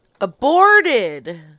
Aborted